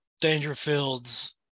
Dangerfield's